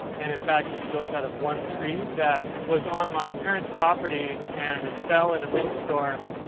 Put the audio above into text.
and in fact, it's built out of one tree that was on my parents' property and it fell in a wind storm.